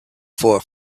for